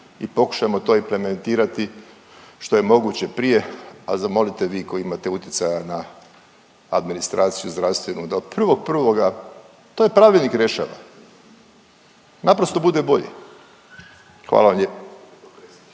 i pokušajmo to implementirati što je moguće prije, a zamolite vi koji imate utjecaja na administraciju zdravstvenu da od 1.1. to je pravilnik rješava, naprosto bude bolji. Hvala vam